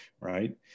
right